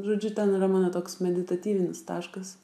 žodžiu ten yra mano toks meditatyvinis taškas